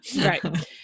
Right